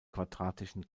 quadratischen